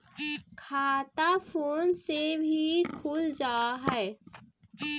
खाता फोन से भी खुल जाहै?